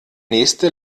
nächste